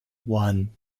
one